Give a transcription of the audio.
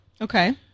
Okay